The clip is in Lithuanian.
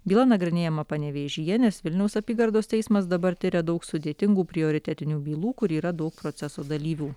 byla nagrinėjama panevėžyje nes vilniaus apygardos teismas dabar tiria daug sudėtingų prioritetinių bylų kur yra daug proceso dalyvių